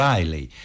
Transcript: Riley